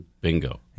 Bingo